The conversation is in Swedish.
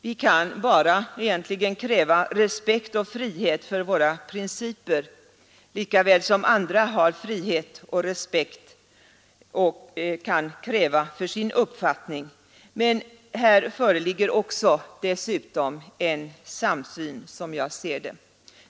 Vi kan egentligen bara kräva respekt och frihet för våra principer lika väl som andra kan kräva frihet och respekt för sin uppfattning; men här föreligger dessutom en samsyn, som jag ser det.